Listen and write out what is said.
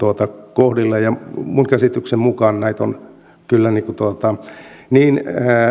kohdillaan ja minun käsitykseni mukaan näitä on kyllä niin